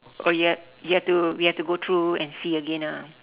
oh you have you have to we have to go through and see again ah